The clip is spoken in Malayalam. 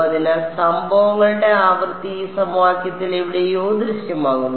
അതിനാൽ സംഭവങ്ങളുടെ ആവൃത്തി ഈ സമവാക്യത്തിൽ എവിടെയോ ദൃശ്യമാകുന്നു